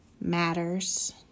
matters